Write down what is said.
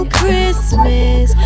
christmas